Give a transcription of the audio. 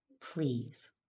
please